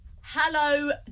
Hello